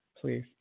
please